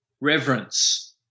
reverence